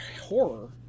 horror